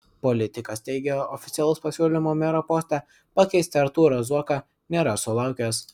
politikas teigė oficialaus pasiūlymo mero poste pakeisti artūrą zuoką nėra sulaukęs